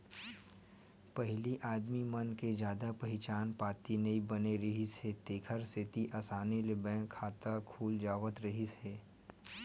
पहिली आदमी मन के जादा पहचान पाती नइ बने रिहिस हे तेखर सेती असानी ले बैंक खाता खुल जावत रिहिस हे